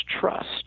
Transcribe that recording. trust